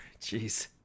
Jeez